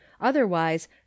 Otherwise